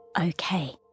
Okay